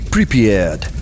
Prepared